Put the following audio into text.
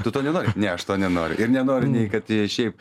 tu to nenori ne aš to nenoriu ir nenoriu nei kad jie šiaip